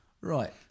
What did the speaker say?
Right